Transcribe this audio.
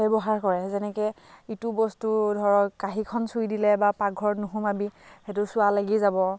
ব্যৱহাৰ কৰে যেনেকৈ ইটো বস্তু ধৰক কাঁহীখন চুই দিলে বা পাকঘৰত নুসুমাবি সেইতো চুৱা লাগি যাব